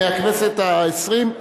מהכנסת העשרים?